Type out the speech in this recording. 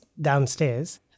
downstairs